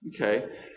okay